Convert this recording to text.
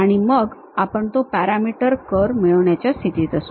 आणि मग आपण तो पॅरामीटर कर्व मिळविण्याच्या स्थितीत असू